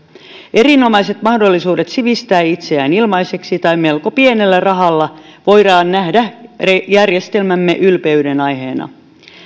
erinomaiset mahdollisuudet sivistää itseään ilmaiseksi tai melko pienellä rahalla voidaan nähdä järjestelmämme ylpeydenaiheena